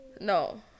no